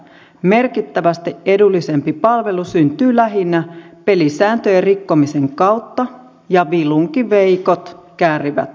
merkittävästi edullisempi palvelu syntyy lähinnä pelisääntöjen rikkomisen kautta ja vilunkiveikot käärivät voitot